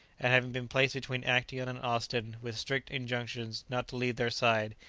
and having been placed between actaeon and austin with strict injunctions not to leave their side,